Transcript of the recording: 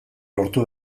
lortu